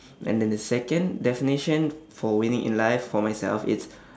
and then the second definition for winning in life for myself it's